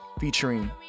featuring